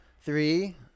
Three